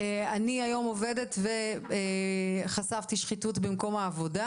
אני היום עובדת וחשפתי שחיתות במקום העבודה